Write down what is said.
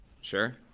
Sure